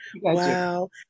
Wow